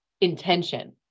intention